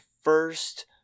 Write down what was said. first